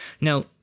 Now